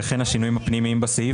כל הדברים האלה לא יהיו אלא יהיו בבסיס